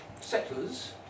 settlers